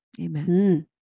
Amen